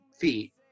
feet